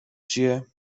چیه